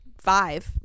five